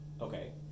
Okay